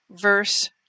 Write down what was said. verse